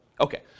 Okay